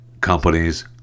companies